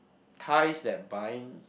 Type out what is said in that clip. ties that bind